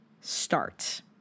start